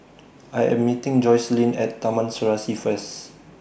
I Am meeting Joycelyn At Taman Serasi First